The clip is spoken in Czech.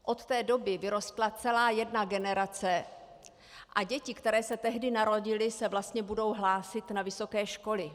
Od té doby vyrostla celá jedna generace a děti, které se tehdy narodily, se vlastně budou hlásit na vysoké školy.